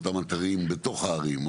אותם אתרים בתוך הערים,